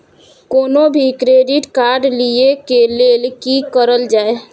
कोनो भी credit card लिए के लेल की करल जाय?